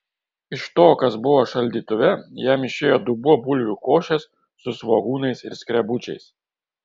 iš to kas buvo šaldytuve jam išėjo dubuo bulvių košės su svogūnais ir skrebučiais